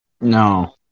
No